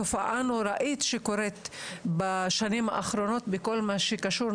תופעה נוראית שקוראת בשנים האחרונות בכל מה שקשור,